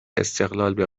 استقلال